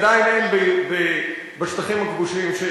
עדיין אין בשטחים הכבושים,